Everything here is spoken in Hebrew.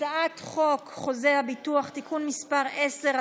הצעת חוק חוזה הביטוח (תיקון מס' 10),